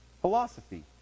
philosophy